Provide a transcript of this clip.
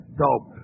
dope